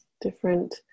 different